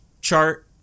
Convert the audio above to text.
chart